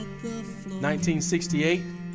1968